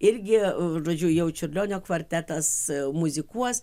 irgi žodžiu jau čiurlionio kvartetas muzikuos